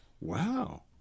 Wow